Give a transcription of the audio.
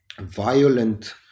violent